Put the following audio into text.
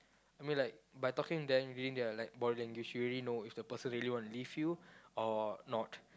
I mean like by talking to them reading their like body language you really know if the person really want to leave you or not